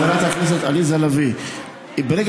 חברת הכנסת עליזה לביא, ברגע